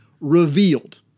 revealed